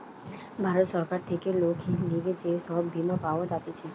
ভারত সরকার থেকে লোকের লিগে যে সব বীমা পাওয়া যাতিছে